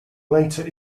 later